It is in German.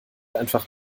einfach